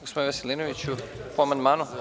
Gospodine Veselinoviću, po amandmanu.